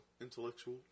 intellectual